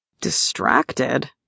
Distracted